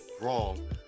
wrong